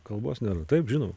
kalbos nėra taip žinoma